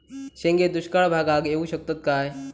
शेंगे दुष्काळ भागाक येऊ शकतत काय?